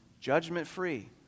judgment-free